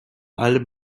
allem